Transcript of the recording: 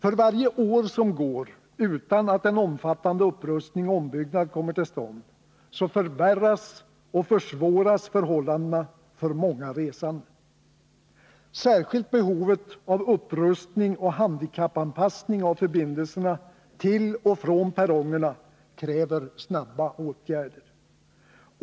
För varje år som går utan att en omfattande upprustning och ombyggnad kommer till stånd förvärras och försvåras förhållandena för många resande. Särskilt behovet av upprustning och handikappanpassning av förbindelserna till och från perrongerna kräver åtgärder snabbt.